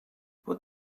what